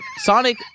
Sonic